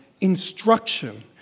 instruction